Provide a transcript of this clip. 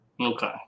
Okay